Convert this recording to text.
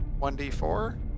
1D4